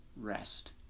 rest